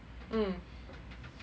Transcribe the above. mm